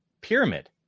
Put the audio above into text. pyramid